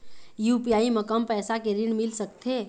UPI म कम पैसा के ऋण मिल सकथे?